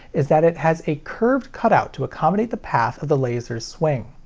is that it has a curved cut out to accommodate the path of the laser's swing.